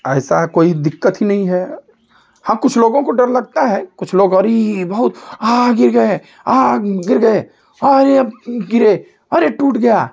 ऐसा है कोई दिक्कत ही नहीं है हाँ कुछ लोगों को डर लगता है कुछ लोग अरी बहुत आहा गिर गए आहा गिर अरे अब गिरे अरे टूट गया